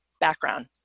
background